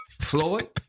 Floyd